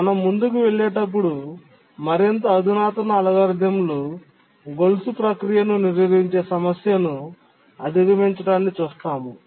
మనం ముందుకు వెళ్ళేటప్పుడు మరింత అధునాతన అల్గోరిథంలు గొలుసు ప్రక్రియను నిరోధించే సమస్యను అధిగమించడాన్ని చూస్తాము